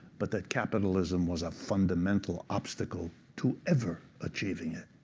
but that capitalism was a fundamental obstacle to ever achieving it.